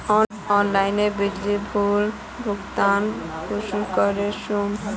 Online बिजली bill भुगतान कुंसम करे करूम?